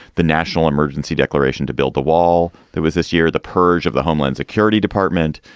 the national emergency declaration to build the wall. there was this year the purge of the homeland security department,